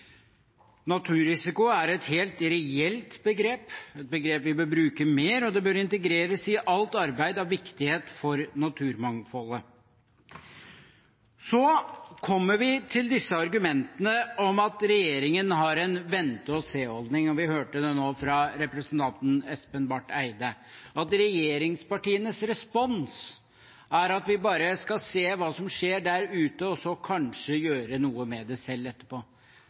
Naturrisiko er et helt reelt begrep, et begrep vi bør bruke mer, og det bør integreres i alt arbeid av viktighet for naturmangfoldet. Så kommer vi til disse argumentene om at regjeringen har en vente-og-se-holdning. Vi hørte nå fra representanten Espen Barth Eide at regjeringspartienes respons er at vi bare skal se hva som skjer der ute, og så kanskje gjøre noe med det selv etterpå.